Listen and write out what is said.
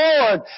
Lord